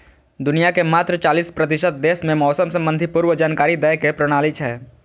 दुनिया के मात्र चालीस प्रतिशत देश मे मौसम संबंधी पूर्व जानकारी दै के प्रणाली छै